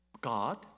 God